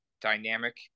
dynamic